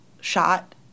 shot